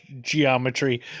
geometry